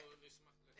אנחנו נשמח לקבל את זה.